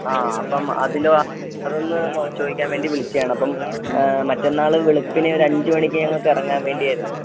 ആ അപ്പം അതിന് അതൊന്ന് ചോദിക്കാൻ വേണ്ടി വിളിച്ചത് ആണ് അപ്പം മറ്റെന്നാൾ വെളുപ്പിനെ ഒരു അഞ്ച് മണിക്ക് ഞങ്ങൾക്കിറങ്ങാൻ വേണ്ടിയായിരുന്നു